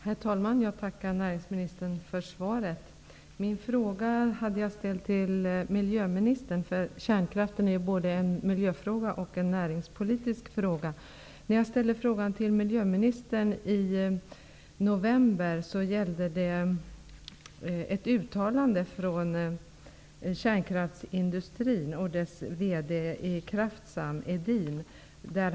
Herr talman! Jag tackar näringsministern för svaret. Jag hade ställt min fråga till miljöministern. Kärnkraften är både en miljöfråga och en näringspolitisk fråga. Jag ställde en fråga till miljöministern i november som gällde ett uttalande från kärnkraftsindustrin, från Kraftsams vd, Edin.